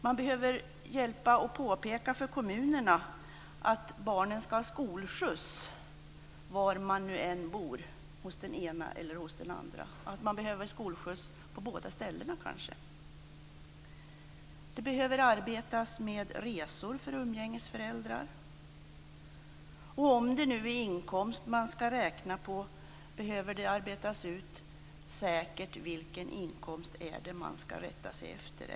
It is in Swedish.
Man behöver påpeka för kommunerna att barnen skall ha skolskjuts var de än bor, hos den ena eller den andre. De kanske behöver skolskjuts på båda ställena. Det behöver arbetas med resor för umgängesföräldrar. Och om det nu är inkomst man skall räkna på behöver det utarbetas säkert vilken inkomst det är man skall rätta sig efter.